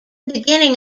beginning